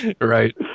Right